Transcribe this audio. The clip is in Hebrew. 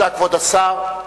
כבוד השר,